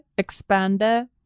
Expander